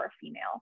female